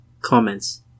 Comments